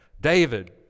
David